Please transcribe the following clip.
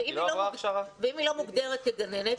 ואם היא לא מוגדרת כגננת,